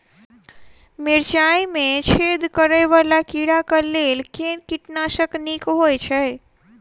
मिर्चाय मे छेद करै वला कीड़ा कऽ लेल केँ कीटनाशक नीक होइ छै?